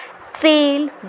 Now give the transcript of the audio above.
fail